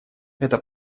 это